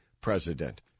president